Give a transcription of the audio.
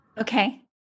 Okay